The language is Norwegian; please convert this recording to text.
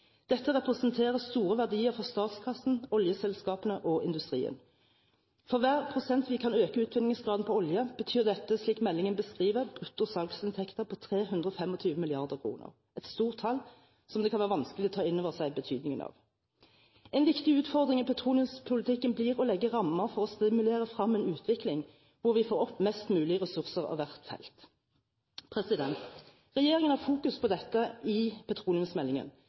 Dette representerer store verdier for statskassen, oljeselskapene og industrien. For hver prosent vi kan øke utvinningsgraden av olje, betyr dette, slik meldingen beskriver, brutto salgsinntekter på 325 mrd. kr – et stort tall, som det kan være vanskelig å ta inn over seg betydningen av. En viktig utfordring i petroleumspolitikken blir å legge rammer for å stimulere frem en utvikling hvor vi får opp mest mulig ressurser av hvert felt. Regjeringen har fokus på dette i petroleumsmeldingen,